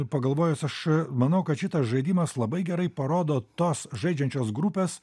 pagalvojus aš manau kad šitas žaidimas labai gerai parodo tos žaidžiančios grupės